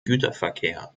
güterverkehr